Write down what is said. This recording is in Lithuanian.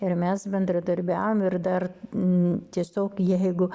ir mes bendradarbiaujam ir dar tiesiog jeigu